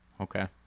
Okay